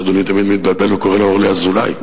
שאדוני תמיד מתבלבל וקורא לה "אורלי אזולאי",